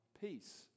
Peace